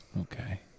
Okay